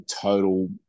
total